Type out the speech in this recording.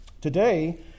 Today